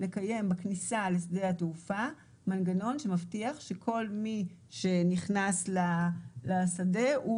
לקיים בכניסה לשדה התעופה מנגנון שמבטיח שכל מי שנכנס לשדה הוא